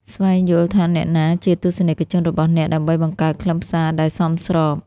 ស្វែងយល់ថាអ្នកណាជាទស្សនិកជនរបស់អ្នក ដើម្បីបង្កើតខ្លឹមសារដែលសមស្រប។